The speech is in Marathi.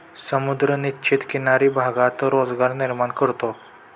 समुद्र निश्चित किनारी भागात रोजगार निर्माण करतो